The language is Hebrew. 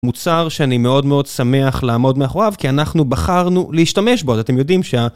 מוצר שאני מאוד מאוד שמח לעמוד מאחוריו כי אנחנו בחרנו להשתמש בו, אז אתם יודעים שה...